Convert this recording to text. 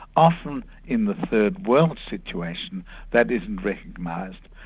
often in the third world situation that isn't recognised.